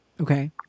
Okay